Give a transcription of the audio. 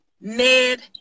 Ned